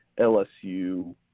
LSU